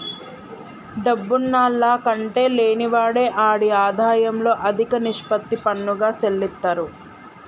డబ్బున్నాల్ల కంటే లేనివాడే ఆడి ఆదాయంలో అదిక నిష్పత్తి పన్నుగా సెల్లిత్తారు